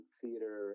theater